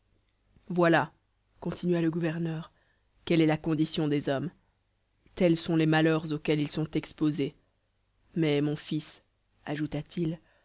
voilà continua le gouverneur quelle est la condition des hommes tels sont les malheurs auxquels ils sont exposés mais mon fils